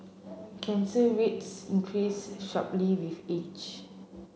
cancer rates increase sharply with age